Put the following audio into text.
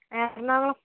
ഏ എന്നാണ്